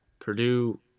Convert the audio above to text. Purdue